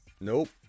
nope